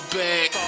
back